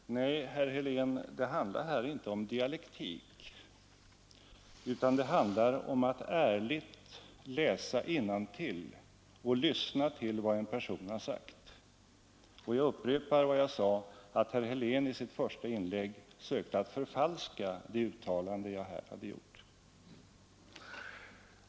Herr talman! Nej, herr Helén, det handlar inte om dialektik, utan om att ärligt läsa innantill och lyssna på vad en person har sagt. Jag upprepar vad jag sade, nämligen att herr Helén i sitt första inlägg sökte att förfalska det uttalande jag här gjort.